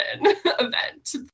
event